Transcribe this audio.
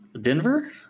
Denver